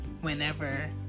whenever